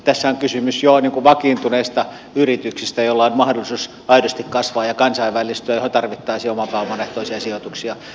tässä on kysymys jo vakiintuneista yrityksistä joilla on mahdollisuus aidosti kasvaa ja kansainvälistyä mihin tarvittaisiin oman pääoman ehtoisia sijoituksia